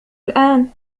الآن